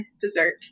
dessert